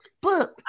book